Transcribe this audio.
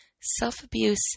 self-abuse